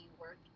work